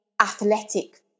athletic